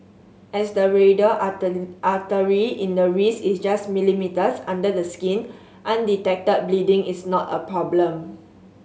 as the radial artery in the wrist is just millimetres under the skin undetected bleeding is not a problem